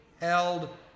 held